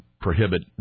prohibit